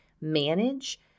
manage